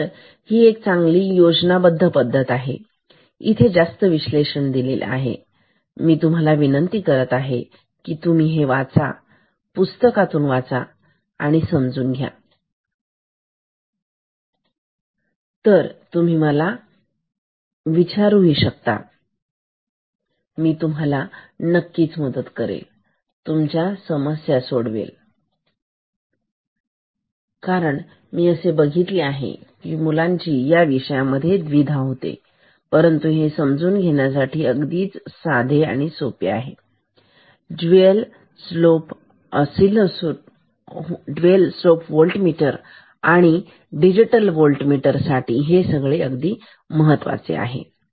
तर एक चांगली योजनाबद्ध पद्धत आहे इथे जास्त विश्लेषण आहे तर मी तुम्हाला विनंती करत आहे की तुम्ही हे वाचा पुस्तक मधून पण वाचा आणि समजून घ्या जर तुम्ही हे केले नाहीतर तुम्ही मला विचारू शकता मी तुम्हाला नक्कीच मदत करायचा प्रयत्न करेन आणि तुमच्या समस्या सोडवेल कारण मी असे बघितले आहे की मुलांची या विषयांमध्ये द्विधा होते परंतु हे समजून घेण्यासाठी अगदीच साधी आहे आणि डुएल स्लोप व्होल्टमीटर साठी डिजिटल व्होल्टमीटर साठी हे सगळे अगदी महत्त्वाचे आहे